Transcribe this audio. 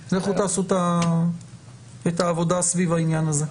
אז לכו תעשו את העבודה סביב העניין הזה.